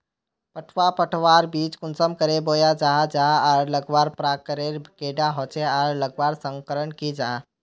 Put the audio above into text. पटवा पटवार बीज कुंसम करे बोया जाहा जाहा आर लगवार प्रकारेर कैडा होचे आर लगवार संगकर की जाहा?